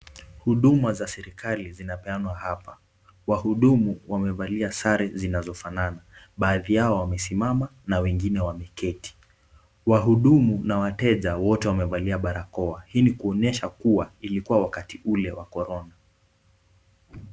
Huduma za serikali, zinapeanwa hapa. Wahudumu, wamevalia sare zinazofanana, baadhi yao wamesimama na wengine wameketi. Wahudumu na wateja, wote wamevalia barakoa. Hii ni kuonyesha kuwa ilikuwa wakati ule wa korona.